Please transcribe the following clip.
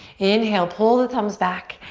inhale, pull the thumbs back.